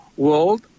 world